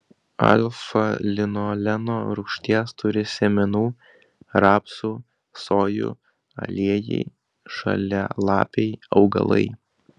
alfa linoleno rūgšties turi sėmenų rapsų sojų aliejai žalialapiai augalai